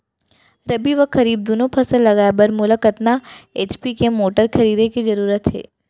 रबि व खरीफ दुनो फसल लगाए बर मोला कतना एच.पी के मोटर खरीदे के जरूरत हे?